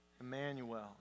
Emmanuel